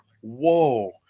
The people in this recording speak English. whoa